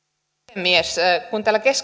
puhemies kun täällä